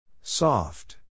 Soft